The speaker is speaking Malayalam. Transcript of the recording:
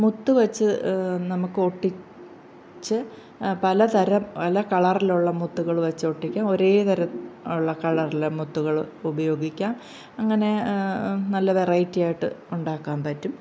മുത്തു വെച്ച് നമുക്ക് ഒട്ടിച്ചു പലതരം പല കളറിലുള്ള മുത്തുകള് വച്ച് ഒട്ടിക്കാം ഒരേ തര ഒള്ള കളറില് മുത്തുകൾ ഉപയോഗിക്കാം അങ്ങനെ നല്ല വെറൈറ്റി ആയിട്ട് ഉണ്ടാക്കാൻ പറ്റും